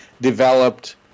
developed